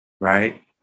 right